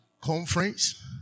conference